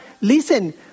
listen